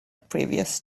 previous